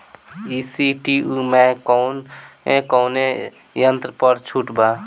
ई.सी टू मै कौने कौने यंत्र पर छुट बा?